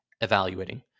Evaluating